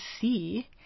see